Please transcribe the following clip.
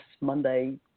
monday